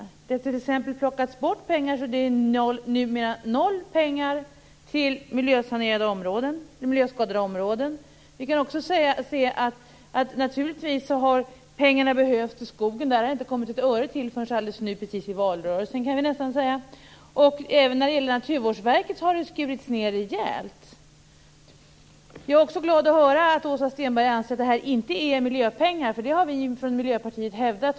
Det finns t.ex. numera inte några pengar till miljöskadade områden. Det har naturligtvis också behövts pengar till skogen, och här har det inte kommit ett öre förrän precis nu till valrörelsen. Även när det gäller Naturvårdsverket har det skurits ned rejält. Jag är också glad att höra att Åsa Stenberg anser att detta inte är miljöpengar, precis som vi från Miljöpartiet har hävdat.